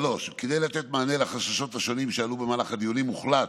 כדי לתת מענה על החששות השונים שעלו במהלך הדיונים הוחלט